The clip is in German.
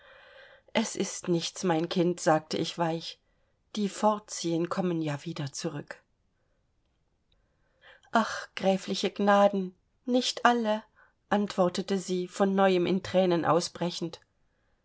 es ist nichts mein kind sagte ich weich die fortziehen kommen ja wieder zurück ach gräfliche gnaden nicht alle antwortete sie von neuem in thränen ausbrechend